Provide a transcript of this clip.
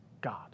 God